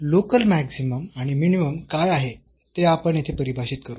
तर local maximum आणि minimum काय आहे ते आपण येथे परिभाषित करू